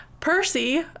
Percy